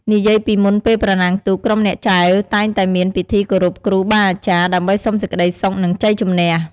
និយាយពីមុនពេលប្រណាំងទូក ក្រុមអ្នកចែវតែងតែមានពិធីគោរពគ្រូបាអាចារ្យ ដើម្បីសុំសេចក្ដីសុខ និងជ័យជំនះ។